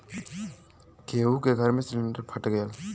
केहु के घर मे सिलिन्डर फट गयल